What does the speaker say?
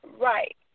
Right